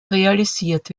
realisiert